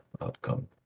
outcome